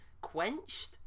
quenched